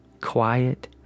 quiet